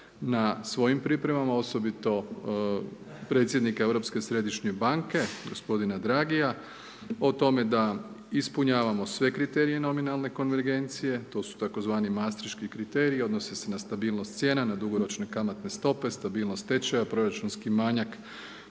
na svojim pripremama osobito predsjednika Europske središnje banke gospodina Draghia, o tome da ispunjavamo sve kriterije nominalne konvergencije, to su tzv. maastricht-ški kriteriji i odnose se na stabilnost cijena, na dugoročne kamatne stope, stabilnost stečaja, proračunski manjak